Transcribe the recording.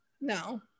no